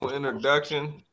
Introduction